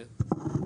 כן.